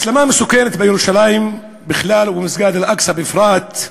הסלמה מסוכנת בירושלים בכלל ובמסגד אל-אקצא בפרט,